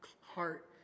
heart